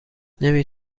نمی